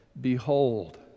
Behold